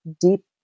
deep